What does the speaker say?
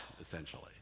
essentially